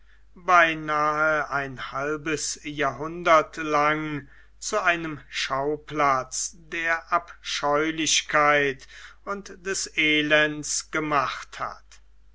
beinahe ein halbes jahrhundert lang zu einem schauplatz der abscheulichkeit und des elends gemacht hat